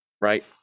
right